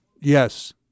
Yes